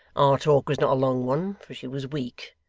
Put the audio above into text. our talk was not a long one, for she was weak,